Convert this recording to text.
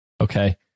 Okay